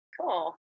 Cool